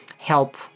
help